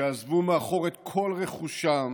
שעזבו מאחור את כל רכושם